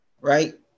Right